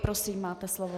Prosím, máte slovo.